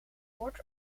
kort